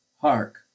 Hark